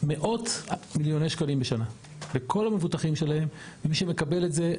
מאות מיליוני שקלים בשנה לכל המבוטחים שלהם ומי שמקבל את זה,